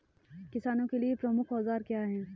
किसानों के लिए प्रमुख औजार क्या हैं?